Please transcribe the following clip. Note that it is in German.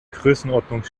größenordnung